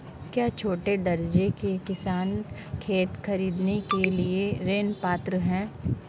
क्या छोटे दर्जे के किसान खेत खरीदने के लिए ऋृण के पात्र हैं?